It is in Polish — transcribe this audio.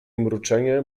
mruczenie